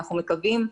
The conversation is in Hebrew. אנחנו מקווים,